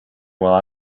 while